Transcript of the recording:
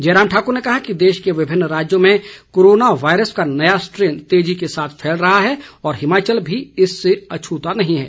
जय राम ठाकुर ने कहा कि देश के विभिन्न राज्यों में कोरोना वायरस का नया स्ट्रेन तेजी के साथ फैल रहा है और हिमाचल भी इससे अछूता नहीं है